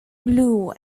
blue